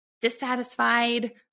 dissatisfied